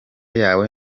yawe